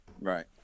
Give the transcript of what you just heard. right